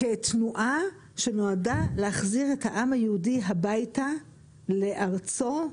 כתנועה שנועדה להחזיר את העם היהודי הביתה לארצו,